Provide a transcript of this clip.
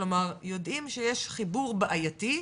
- כלומר יודעים שיש חיבור בעייתי,